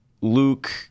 Luke